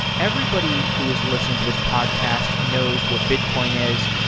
everybody who is listening to this podcast knows what bitcoin is.